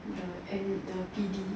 the and the P_D